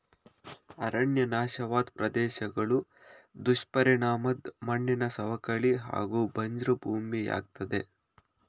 ಅರಣ್ಯ ನಾಶವಾದ್ ಪ್ರದೇಶ್ಗಳು ದುಷ್ಪರಿಣಾಮದ್ ಮಣ್ಣಿನ ಸವಕಳಿ ಹಾಗೂ ಬಂಜ್ರು ಭೂಮಿಯಾಗ್ತದೆ